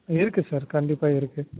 இருக்கு சார் கண்டிப்பாக இருக்கு